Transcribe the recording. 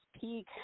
peak